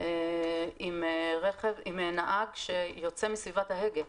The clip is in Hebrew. עם נהג שיוצא מסביבת ההגה.